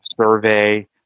survey